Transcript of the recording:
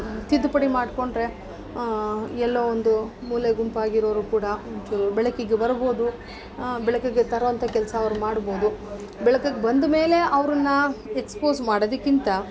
ತಿದ್ದುಪಡಿ ಮಾಡ್ಕೊಂಡರೆ ಎಲ್ಲೋ ಒಂದು ಮೂಲೆಗುಂಪಾಗಿರೋರು ಕೂಡ ಒಂದು ಚೂರು ಬೆಳಕಿಗೆ ಬರ್ಬೋದು ಬೆಳಕಿಗೆ ತರುವಂಥ ಕೆಲಸ ಅವ್ರು ಮಾಡ್ಬೋದು ಬೆಳಕಿಗೆ ಬಂದಮೇಲೆ ಅವರನ್ನ ಎಕ್ಸ್ಪೋಸ್ ಮಾಡೋದಕ್ಕಿಂತ